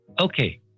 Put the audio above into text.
Okay